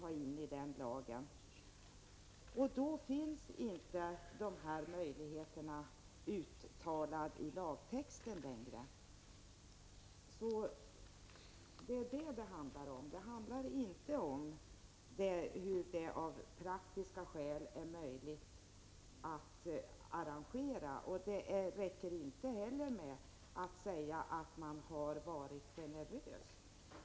Då finns dessa möjligheter till kontakter inte längre uttalade i lagtexten. Det är detta det handlar om och inte om hur det av praktiska skäl är möjligt att arrangera. Det räcker inte heller att säga att man har varit generös.